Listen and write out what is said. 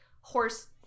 horse